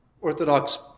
Orthodox